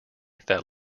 that